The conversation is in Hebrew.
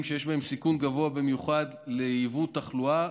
שיש בהן סיכון גבוה במיוחד ליבוא תחלואה,